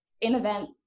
in-event